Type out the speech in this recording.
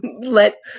let